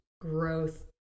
growth